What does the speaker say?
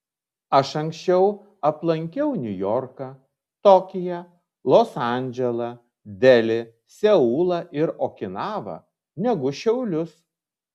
aš anksčiau aplankiau niujorką tokiją los andželą delį seulą ir okinavą negu šiaulius